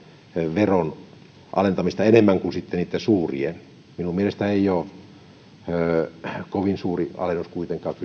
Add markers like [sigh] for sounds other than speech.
veron alentamista enemmän kuin sitten niitten suurien minun mielestäni ei ole kovin suuri alennus kuitenkaan [unintelligible]